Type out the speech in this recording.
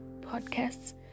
podcasts